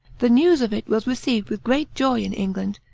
the news of it was received with great joy in england,